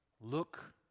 look